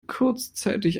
kurzzeitig